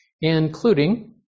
including